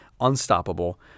unstoppable